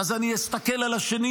אז אני אסתכל על השני,